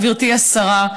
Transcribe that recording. גברתי השרה,